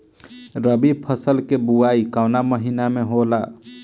रबी फसल क बुवाई कवना महीना में होला?